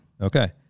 Okay